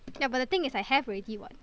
ya but the thing is I have already [what]